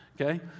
okay